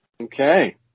Okay